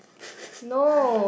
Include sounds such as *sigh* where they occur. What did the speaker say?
*laughs*